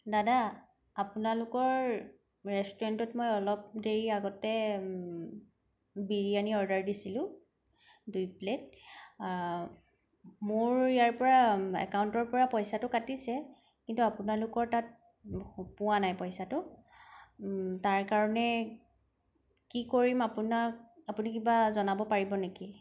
দাদা আপোনালোকৰ ৰেষ্টুৰেন্টত মই অলপ দেৰি আগতে বিৰিয়ানি অৰ্ডাৰ দিছিলোঁ দুই প্লেট মোৰ ইয়াৰ পৰা একাউন্টৰ পৰা পইচাটো কাটিছে কিন্তু আপোনালোকৰ তাত পোৱা নাই পইচাটো তাৰ কাৰণে কি কৰিম আপোনাক আপুনি কিবা জনাব পাৰিব নেকি